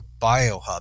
Biohub